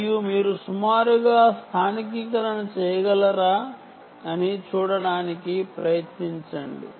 మరియు మీరు సుమారుగా స్థానికీకరణ చేయగలరా అని ప్రయత్నించండి